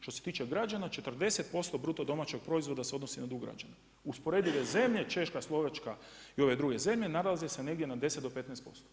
Što se tiče građana, 40% BDP-a da se odnosi na dug građana usporedive zemlje Češka, Slovačka i ove druge zemlje nalaze se negdje na 10 do 15%